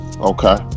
Okay